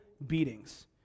beatings